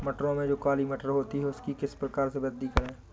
मटरों में जो काली मटर होती है उसकी किस प्रकार से वृद्धि करें?